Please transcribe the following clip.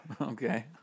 Okay